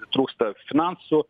trūksta finansų